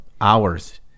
hours